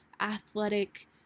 athletic